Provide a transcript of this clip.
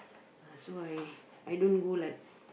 so I I don't go like